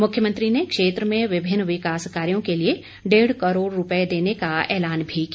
मुख्यमंत्री ने क्षेत्र में विभिन्न विकास कार्यों के लिए डेढ़ करोड़ रूपये देने का ऐलान भी किया